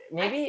I